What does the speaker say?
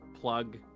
plug